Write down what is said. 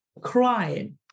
crying